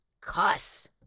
cuss